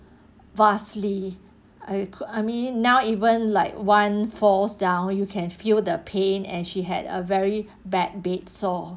vastly I could I mean now even like one falls down you can feel the pain and she had a very bad bed sore